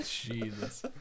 Jesus